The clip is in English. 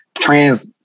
trans